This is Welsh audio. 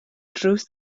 drws